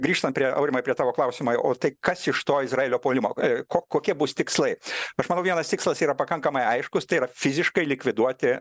grįžtant prie aurimai apie tavo klausimo o tai kas iš to izraelio puolimo ko kokie bus tikslai aš manau vienas tikslas yra pakankamai aiškus tai yra fiziškai likviduoti